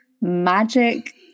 magic